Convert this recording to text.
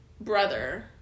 brother